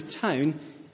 town